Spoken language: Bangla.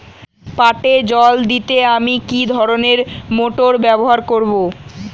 পাটে জল দিতে আমি কি ধরনের মোটর ব্যবহার করব?